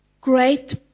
great